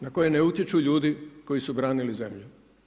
Na koje ne utječu ljudi koji su branili zemlju.